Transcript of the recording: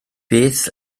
beth